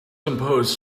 impose